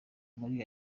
muri